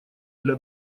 для